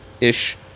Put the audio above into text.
ish